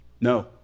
no